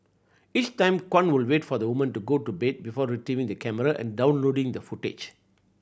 each time Kwan would wait for the woman to go to bed before retrieving the camera and downloading the footage